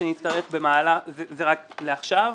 זה רק לעכשיו,